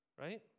right